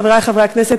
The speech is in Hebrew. חברי חברי הכנסת,